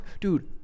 dude